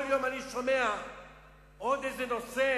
כל יום אני שומע עוד איזה נושא,